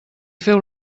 feu